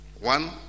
One